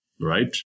right